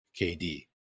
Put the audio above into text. KD